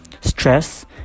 stress